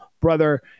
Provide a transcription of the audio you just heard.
brother